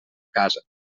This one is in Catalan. casa